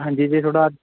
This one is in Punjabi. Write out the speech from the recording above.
ਹਾਂਜੀ ਜੇ ਤੁਹਾਡਾ